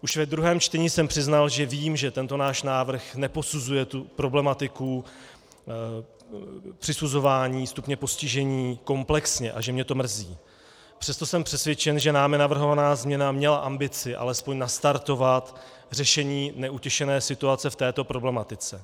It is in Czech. Už ve druhém čtení jsem přiznal, že vím, že tento náš návrh neposuzuje problematiku přisuzování stupně postižení komplexně a že mě to mrzí, přesto jsem přesvědčen, že námi navrhovaná změna měla ambici alespoň nastartovat řešení neutěšené situace v této problematice.